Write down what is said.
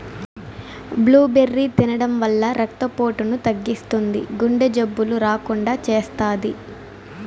blueberry తినడం వల్ల రక్త పోటును తగ్గిస్తుంది, గుండె జబ్బులు రాకుండా చేస్తాది